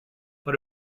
but